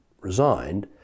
resigned